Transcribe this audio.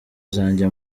zanjye